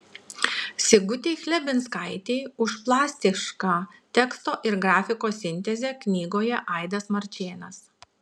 sigutei chlebinskaitei už plastišką teksto ir grafikos sintezę knygoje aidas marčėnas